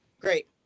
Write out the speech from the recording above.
Great